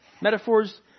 metaphors